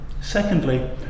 Secondly